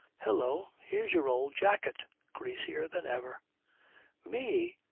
hello, here's your old jacket, greasier than ever me?